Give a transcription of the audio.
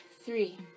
Three